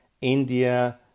India